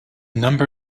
number